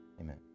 Amen